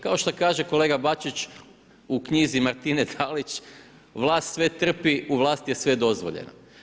Kao što kaže kolega Bačić, u knjizi Martine Dalić vlast sve trpi u vlasti je sve dozvoljeno.